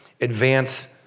advance